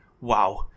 wow